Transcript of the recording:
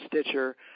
Stitcher